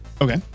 Okay